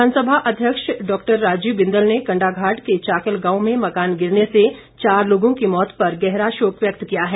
विधानसभा अध्यक्ष डॉक्टर राजीव बिंदल ने कंडाघाट के चाकल गांव में मकान गिरने से चार लोगों की मौत पर गहरा शोक व्यक्त किया है